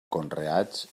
conreats